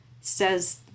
says